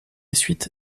suite